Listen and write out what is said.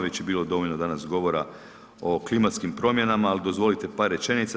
Već je bilo dovoljno danas govora o klimatskim promjenama, ali dozvolite par rečenica.